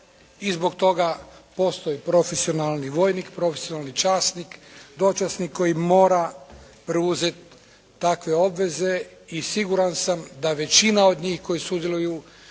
i zbog toga postoji profesionalni vojnik, profesionalni časnik, dočasnik koji mora preuzeti takve obveze i siguran sam da većina od njih koji sudjeluju